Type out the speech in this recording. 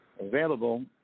available